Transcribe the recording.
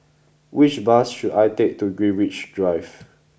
which bus should I take to Greenwich Drive